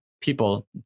people